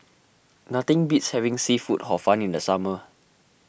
nothing beats having Seafood Hor Fun in the summer